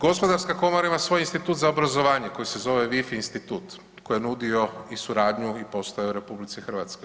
Gospodarska komora ima svoj institut za obrazovanje koji se zove WIFI institut koji je nudio i suradnju i postojao u RH.